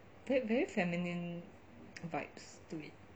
very feminine vibes to it